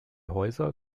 häuser